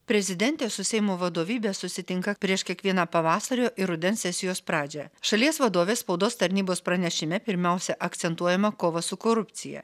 prezidentė su seimo vadovybe susitinka prieš kiekvieną pavasario ir rudens sesijos pradžią šalies vadovės spaudos tarnybos pranešime pirmiausia akcentuojama kova su korupcija